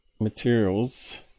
materials